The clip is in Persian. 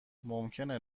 ممکنه